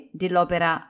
dell'opera